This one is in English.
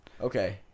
Okay